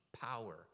power